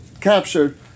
captured